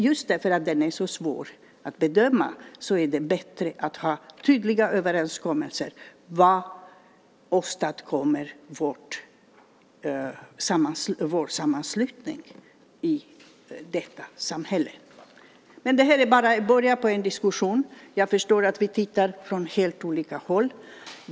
Just därför att den är så svår att bedöma är det bättre att ha tydliga överenskommelser om vad vår sammanslutning åstadkommer i detta samhälle. Det här är bara början på en diskussion. Jag förstår att vi tittar på detta från helt olika håll.